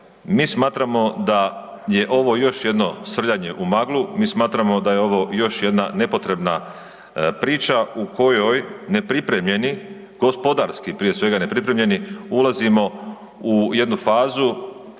mi smatramo da je ovo još jedno srljanje u maglu, mi smatramo da je ovo još jedna nepotrebna priča u kojoj nepripremljeni gospodarski prije svega nepripremljeni ulazimo u jednu fazu